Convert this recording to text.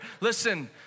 Listen